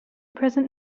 present